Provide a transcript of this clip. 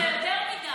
לעסת את זה יותר מדי,